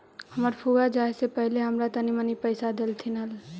हमर फुआ जाए से पहिले हमरा तनी मनी पइसा डेलथीन हल